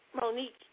Monique